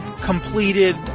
completed